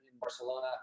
Barcelona